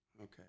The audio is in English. Okay